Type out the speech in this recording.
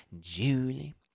julie